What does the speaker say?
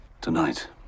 tonight